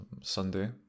sunday